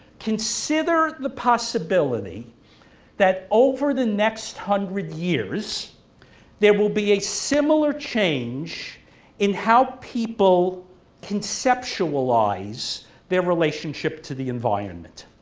consider the possibility that over the next hundred years there will be a similar change in how people conceptualize their relationship to the environment.